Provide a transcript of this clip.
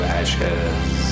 ashes